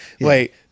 Wait